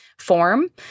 form